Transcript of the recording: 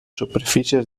superfícies